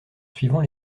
suivant